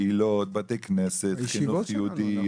קהילות, בתי כנסת, חינוך יהודי.